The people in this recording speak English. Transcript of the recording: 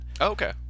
Okay